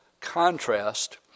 contrast